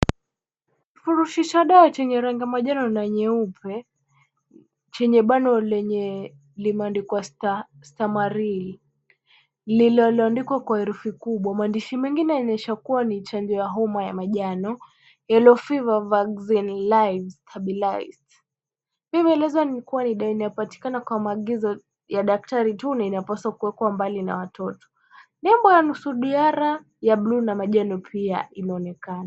KIfurushi cha dawa chenye rangi ya manjano na nyeupe, chenye bano lenye limeandikwa Stamaril, lililoandikwa kwa herufi kubwa. Maandishi mengine yanaonyesha kuwa ni chanjo ya homa ya manjano, Yellow Fever Vaccine Live Stabilised . Pia maelezo ni kuwa ni dawa inapatikana kwa maagizo ya daktari tu na inapaswa kuwekwa mbali na watoto. Nembo ya nusu duara ya blue na manjano pia inaonekana.